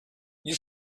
you